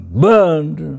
burned